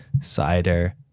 cider